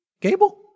Gable